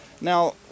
Now